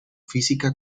física